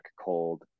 cold